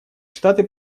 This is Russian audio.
штаты